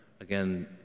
Again